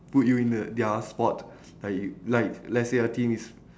put you in the their spot like like let's say a team is